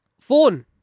phone